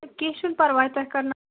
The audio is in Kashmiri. کیٚنٛہہ چھُنہٕ پرواے تۄہہِ کَرناو